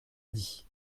dit